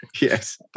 Yes